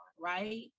right